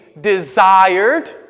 desired